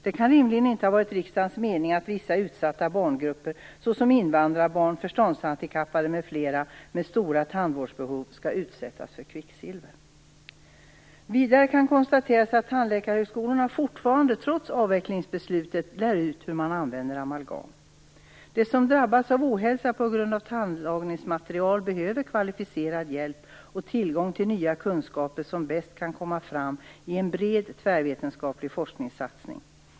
Det kan rimligen inte ha varit riksdagens mening att vissa utsatta barngrupper, såsom invandrarbarn, förståndshandikappade m.fl., med stora tandvårdsbehov skall utsättas för kvicksilver. Vidare kan konstateras att tandläkarhögskolorna fortfarande, trots avvecklingsbeslutet, lär ut hur man använder amalgam. De som drabbas av ohälsa på grund av tandlagningsmaterial behöver kvalificerad hjälp och tillgång till nya kunskaper som bäst kan komma fram i en bred tvärvetenskaplig forskningssatsning.